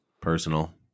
Personal